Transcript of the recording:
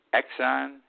exxon